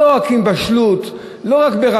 לא רק עם בשלות,